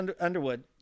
Underwood